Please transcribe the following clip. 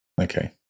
Okay